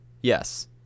Yes